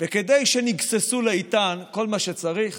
וכדי שהן יגססו לאיטן כל מה שצריך